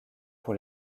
pour